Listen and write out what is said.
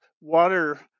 water